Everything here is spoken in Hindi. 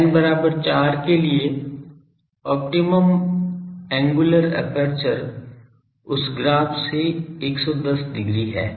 n बराबर 4 के लिए ऑप्टिमम एंगुलर एपर्चर उस ग्राफ से 110 degree है